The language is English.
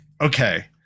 okay